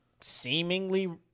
seemingly